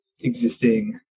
existing